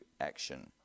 action